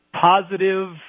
positive